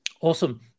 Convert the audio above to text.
Awesome